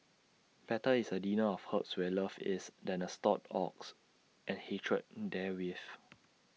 better is A dinner of herbs where love is than A stalled ox and hatred therewith